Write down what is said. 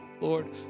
Lord